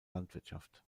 landwirtschaft